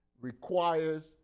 requires